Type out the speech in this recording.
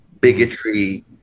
bigotry